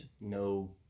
no